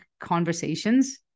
conversations